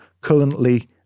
currently